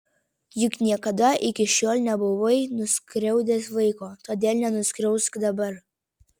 juk niekada iki šiol nebuvai nuskriaudęs vaiko todėl nenuskriausk dabar